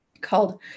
called